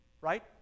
right